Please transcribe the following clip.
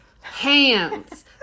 hands